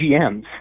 GMs